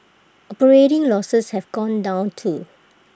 operating losses have gone down too